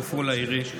מעפולה עירי.